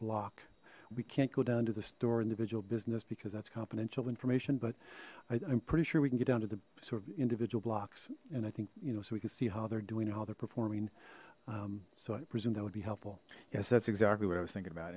block we can't go down to the store individual business because that's confidential information but i'm pretty sure we can get down to the sort of individual blocks and i think you know so we can see how they're doing how they're performing so i presume that would be helpful yes that's exactly what i was thinking about